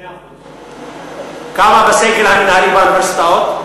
2%. כמה בסגל המינהלי באוניברסיטאות?